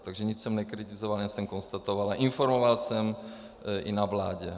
Takže nic jsem nekritizoval, jen jsem konstatoval a informoval jsem o tom i na vládě.